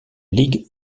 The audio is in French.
ligue